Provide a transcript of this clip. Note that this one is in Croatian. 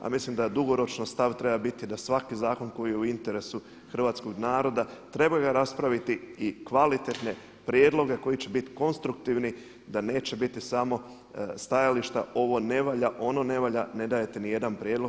A mislim da dugoročno stav treba biti da svaki zakon koji je u interesu hrvatskog naroda trebaju ga raspraviti i kvalitetne prijedloge koji će biti konstruktivni da neće biti samo stajališta ovo ne valja, ono ne valja, ne dajete nijedan prijedlog.